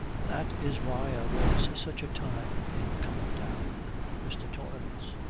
that is why i was such a time in coming down mr. torrance.